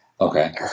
Okay